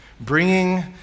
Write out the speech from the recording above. bringing